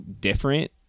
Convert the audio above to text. different